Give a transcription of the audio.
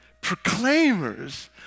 proclaimers